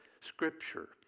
scripture